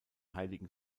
heiligen